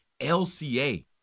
lca